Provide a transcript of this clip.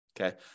Okay